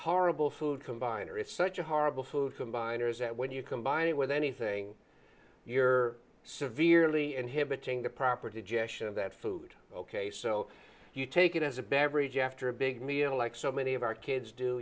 horrible food combine or it's such a horrible food from binders that when you combine it with anything you're severely inhibiting the property gesture of that food ok so you take it as a beverage after a big meal like so many of our kids do